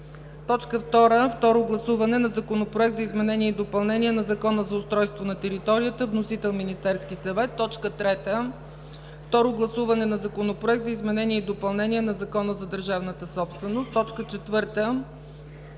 съвет. 2. Второ гласуване на Законопроекта за изменение и допълнение на Закона за устройство на територията. Вносител: Министерският съвет. 3. Второ гласуване на Законопроекта за изменение и допълнение на Закона за държавната собственост. 4.